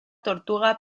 tortuga